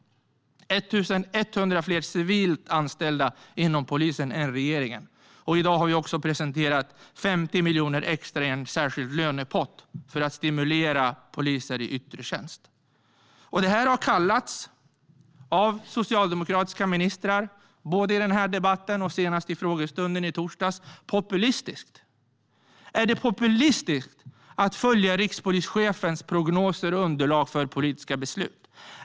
Det är 1 100 fler civilt anställda inom polisen än vad regeringen föreslår. I dag har vi också presenterat 50 miljoner extra i en särskild lönepott för att stimulera poliser i yttre tjänst. Detta har av socialdemokratiska ministrar kallats populistiskt både i den här debatten och senast i frågestunden i torsdags. Är det populistiskt att följa rikspolischefens prognoser och underlag för politiska beslut?